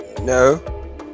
no